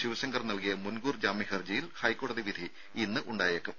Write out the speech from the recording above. ശിവശങ്കർ നൽകിയ മുൻകൂർ ജാമ്യഹർജിയിൽ ഹൈക്കോടതി വിധി ഇന്ന് ഉണ്ടായേക്കും